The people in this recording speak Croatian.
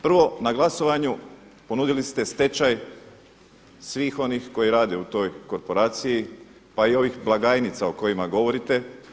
Prvo na glasovanju ponudili ste stečaj svih onih koji rade u toj korporaciji, pa i ovih blagajnica o kojima govorite.